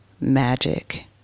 magic